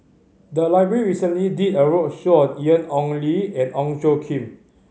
the library recently did a roadshow on Ian Ong Li and Ong Tjoe Kim